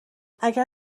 اگر